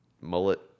mullet